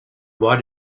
why